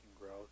growth